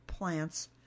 plants